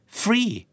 free